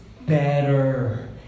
better